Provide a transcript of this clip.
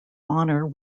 honor